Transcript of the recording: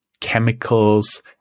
chemicals